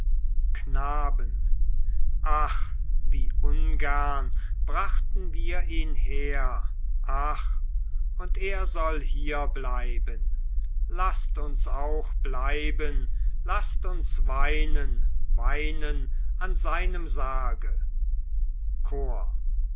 knaben ach wie ungern brachten wir ihn her ach und er soll hier bleiben laßt uns auch bleiben laßt uns weinen weinen an seinem sarge chor